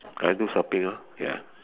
either shopping lor ya